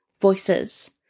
Voices